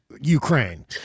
Ukraine